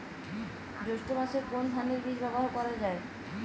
জৈষ্ঠ্য মাসে কোন ধানের বীজ ব্যবহার করা যায়?